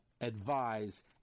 advise